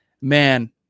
man